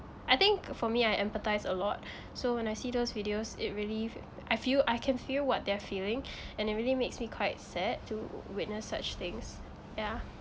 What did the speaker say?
I think for me I empathise a lot so when I see those videos it really fee~ I feel I can feel what they're feeling and it really makes me quite sad to w~ witness such things yeah